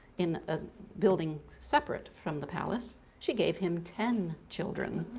in a building separate from the palace she gave him ten children.